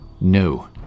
No